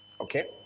Okay